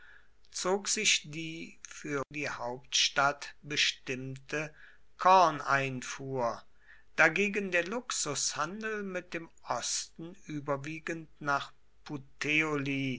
zog sich die für die hauptstadt bestimmte korneinfuhr dagegen der luxushandel mit dem osten überwiegend nach